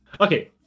Okay